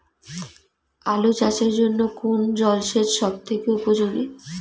আলু চাষের জন্য কোন জল সেচ সব থেকে উপযোগী?